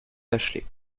bachelay